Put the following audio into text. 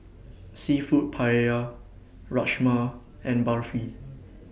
Seafood Paella Rajma and Barfi